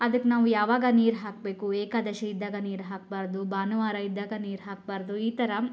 ಅದಕ್ಕೆ ನಾವು ಯಾವಾಗ ನೀರು ಹಾಕಬೇಕು ಏಕಾದಶಿ ಇದ್ದಾಗ ನೀರು ಹಾಕಬಾರ್ದು ಭಾನುವಾರ ಇದ್ದಾಗ ನೀರು ಹಾಕಬಾರ್ದು ಈ ಥರ